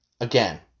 again